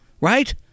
right